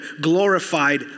glorified